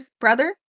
brother